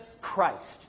Christ